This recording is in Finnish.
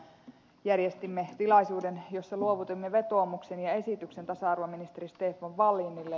järjestimme tilaisuuden jossa luovutimme vetoomuksen ja esityksen tasa arvoministeri stefan wallinille